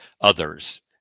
others